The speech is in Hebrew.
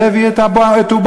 זה הביא את אובמה.